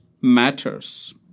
matters